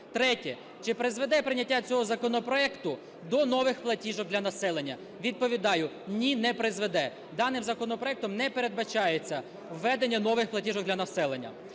Третє. Чи призведе прийняття цього законопроекту до нових платіжок для населення? Відповідаю. Ні, не призведе. Даним законопроектом не передбачається введення нових платіжок для населення.